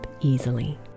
easily